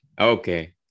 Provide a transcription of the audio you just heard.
Okay